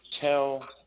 tell